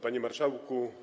Panie Marszałku!